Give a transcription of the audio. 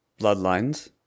bloodlines